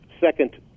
Second